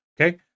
Okay